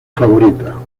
favorita